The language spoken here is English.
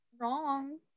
wrong